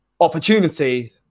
opportunity